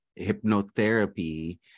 hypnotherapy